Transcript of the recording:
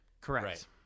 Correct